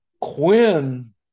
Quinn